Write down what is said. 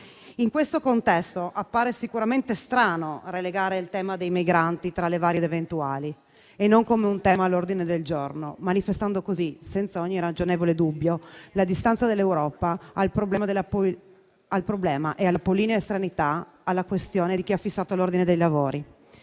In questo contesto, appare sicuramente strano relegare il tema dei migranti tra le varie ed eventuali attuali e non come un tema all'ordine del giorno, manifestando così, senza ogni ragionevole dubbio, la distanza dell'Europa dal problema e l'apollinea estraneità alla questione di chi ha fissato l'ordine dei lavori.